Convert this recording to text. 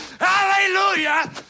Hallelujah